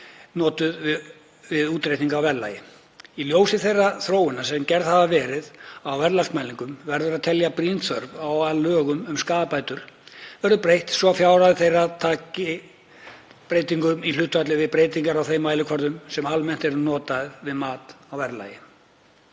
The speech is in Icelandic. notuð við útreikning á verðlagi. Í ljósi þeirrar þróunar sem orðið hefur í verðlagsmælingum verður að teljast brýn þörf á að lögum um skaðabætur verði breytt svo fjárhæðir þeirra taki breytingum í hlutfalli við breytingar á þeim mælikvörðum sem almennt eru notaðir við mat á verðlagi.